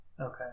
Okay